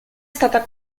stata